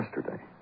yesterday